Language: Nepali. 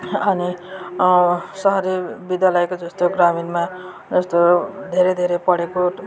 अनि सहरी विद्यालयको जस्तो ग्रामीणमा जस्तै धेरै धेरै पढेको